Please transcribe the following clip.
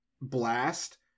blast